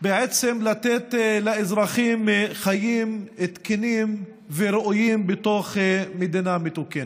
בעצם לתת לאזרחים חיים תקינים וראויים בתוך מדינה מתוקנת.